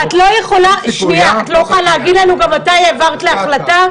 את לא יכולה להגיד לנו גם מתי העברת להחלטה?